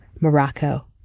Morocco